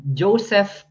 joseph